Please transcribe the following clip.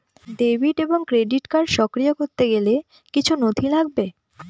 Debit এবং credit card সক্রিয় করতে গেলে কিছু নথি লাগবে?